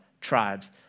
tribes